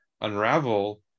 unravel